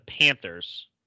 Panthers